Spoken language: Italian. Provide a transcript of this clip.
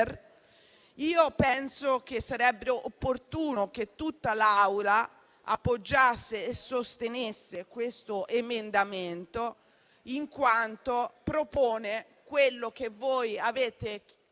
penso che sarebbe opportuno che tutta l'Aula appoggiasse e sostenesse questo emendamento, in quanto propone quello che la